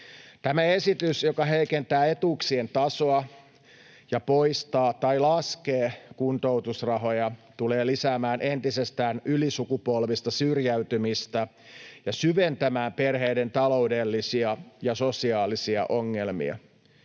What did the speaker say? Tämä esitys, joka heikentää etuuksien tasoa ja poistaa tai laskee kuntoutusrahoja, tulee lisäämään entisestään ylisukupolvista syrjäytymistä ja syventämään perheiden taloudellisia ja sosiaalisia ongelmia.